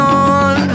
on